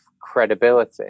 credibility